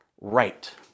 right